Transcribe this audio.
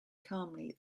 calmly